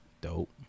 Dope